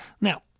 now